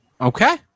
okay